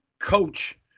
coach